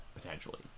potentially